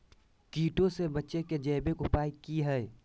कीटों से बचे के जैविक उपाय की हैय?